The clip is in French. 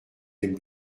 aime